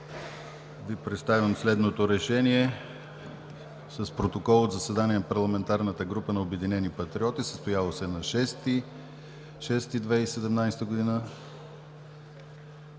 Ви представям следното Решение: „С Протокол от заседание на Парламентарната група на Обединени патриоти, състояло се на 6 юни 2017 г.,